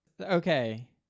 Okay